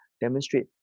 demonstrate